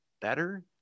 better